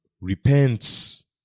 repents